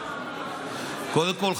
קודם כול,